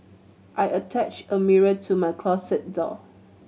I attached a mirror to my closet door